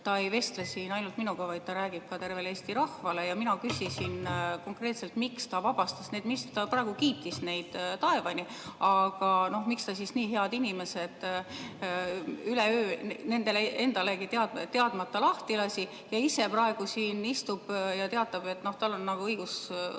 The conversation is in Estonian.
ta ei vestle siin ainult minuga, vaid ta räägib kogu Eesti rahvaga. Mina küsisin konkreetselt, miks ta vabastas need ministrid. Ta praegu kiitis neid taevani, aga miks ta siis nii head inimesed üleöö nendele endalegi teadmata lahti lasi ja ise praegu siin istub ja teatab, et tal on õigus